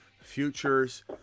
futures